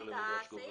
נדבר על זה בהמשך.